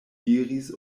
diris